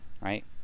right